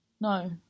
no